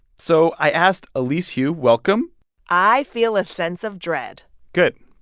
so i asked elise hu welcome i feel a sense of dread good